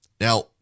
Now